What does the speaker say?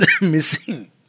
missing